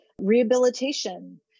rehabilitation